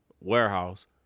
warehouse